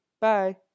Bye